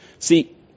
See